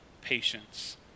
patience